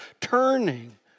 turning